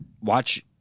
watch